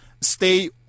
stay